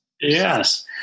Yes